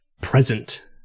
present